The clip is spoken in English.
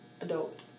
adult